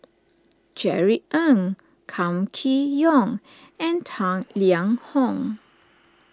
Jerry Ng Kam Kee Yong and Tang Liang Hong